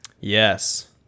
Yes